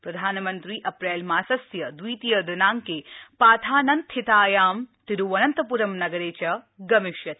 प्रधानमन्त्री अप्रैल मासस्य द्वितीय दिनांके पाथानन्थीतायां तिरुवनन्तप्रमनगरे च गमिष्यति